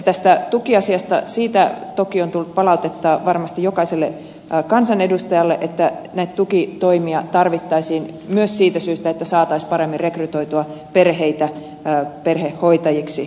tästä tukiasiasta toki on tullut palautetta varmasti jokaiselle kansanedustajalle että näitä tukitoimia tarvittaisiin myös siitä syystä että saataisiin paremmin rekrytoitua perheitä perhehoitajiksi